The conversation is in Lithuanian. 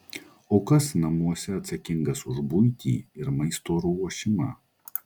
o kas namuose atsakingas už buitį ir maisto ruošimą